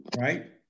right